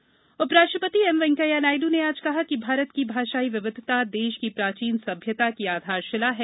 नायड़ मात भाषा उपराष्ट्रपति एम वेंकैया नायडू ने आज कहा कि भारत की भाषायी विविधता देश की प्राचीन सभ्यता की आधारशिला है